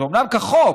זה אומנם כחוק,